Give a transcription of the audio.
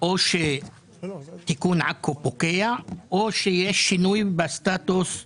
או שתיקון עכו פוקע או שיש שינויים בסטטוס הסוציו-אקונומי.